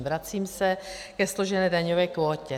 Vracím se ke složené daňové kvótě.